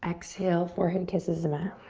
exhale forehead kisses the mat.